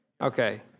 Okay